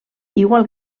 igual